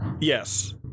Yes